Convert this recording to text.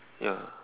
ya